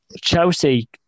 Chelsea